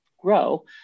grow